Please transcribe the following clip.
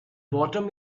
bottom